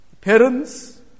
Parents